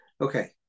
Okay